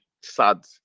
Sad